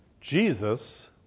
Jesus